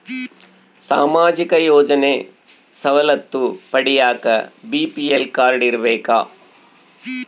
ಸಾಮಾಜಿಕ ಯೋಜನೆ ಸವಲತ್ತು ಪಡಿಯಾಕ ಬಿ.ಪಿ.ಎಲ್ ಕಾಡ್೯ ಇರಬೇಕಾ?